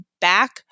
back